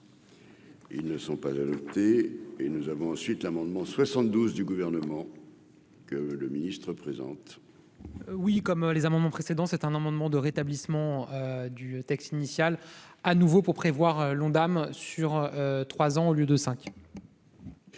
Ils ne sont pas de noter et nous avons ensuite l'amendement 72 du gouvernement que le ministre présente. Oui, comme les amendements précédents c'est un amendement de rétablissement du texte initial à nouveau pour prévoir l'Ondam sur 3 ans au lieu de